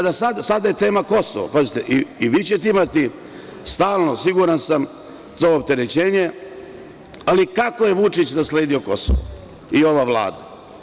Sada je tema Kosovo i vi ćete imati stalno, siguran sam, to opterećenje, ali kako je Vučić nasledio Kosovo i ova Vlada.